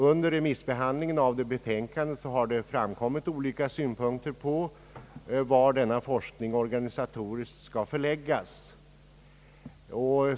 Under remissbehandlingen av detta betänkande har olika synpunkter framkommit beträffande frågan var denna forskning organisatoriskt skall förläggas.